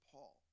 Paul